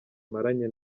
maranye